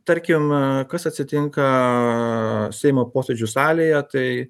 tarkim kas atsitinka seimo posėdžių salėje tai